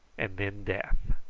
and then death.